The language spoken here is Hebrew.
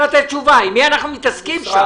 עם מי אנחנו מתעסקים שם.